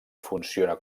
funciona